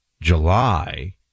july